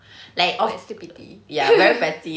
like oh I feel pity